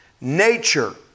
nature